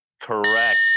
Correct